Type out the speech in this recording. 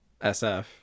SF